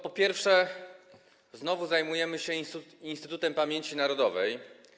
Po pierwsze, znowu zajmujemy się Instytutem Pamięci Narodowej.